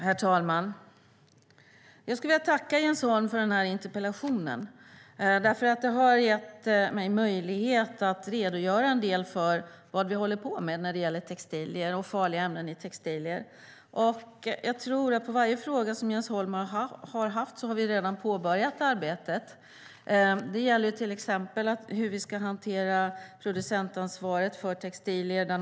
Herr talman! Jag skulle vilja tacka Jens Holm för den här interpellationen, för den har gett mig möjlighet att redogöra en del för vad vi håller på med när det gäller textilier och farliga ämnen i textilier. Jag tror att i alla frågor som Jens Holm har tagit upp har vi redan påbörjat ett arbete. Det gäller till exempel hur vi ska hantera producentansvaret för textilier.